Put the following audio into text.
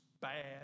bad